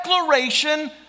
declaration